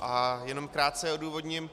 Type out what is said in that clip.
A jenom krátce odůvodním.